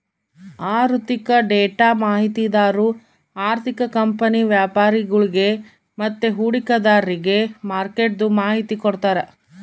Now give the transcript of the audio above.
ಆಋಥಿಕ ಡೇಟಾ ಮಾಹಿತಿದಾರು ಆರ್ಥಿಕ ಕಂಪನಿ ವ್ಯಾಪರಿಗುಳ್ಗೆ ಮತ್ತೆ ಹೂಡಿಕೆದಾರ್ರಿಗೆ ಮಾರ್ಕೆಟ್ದು ಮಾಹಿತಿ ಕೊಡ್ತಾರ